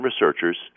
researchers